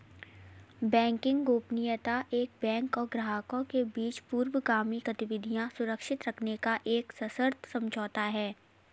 banking गोपनीयता एक bank और ग्राहकों के बीच पूर्वगामी गतिविधियां सुरक्षित रखने का एक सशर्त समझौता है